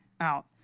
out